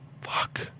Fuck